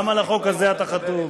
גם על החוק הזה אתה חתום,